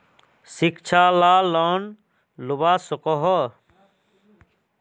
शिक्षा ला लोन लुबा सकोहो?